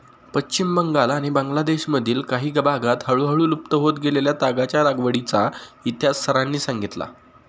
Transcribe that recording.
पश्चिम बंगाल आणि बांगलादेशातील काही भागांत हळूहळू लुप्त होत गेलेल्या तागाच्या लागवडीचा इतिहास सरांनी सांगितला